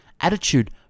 attitude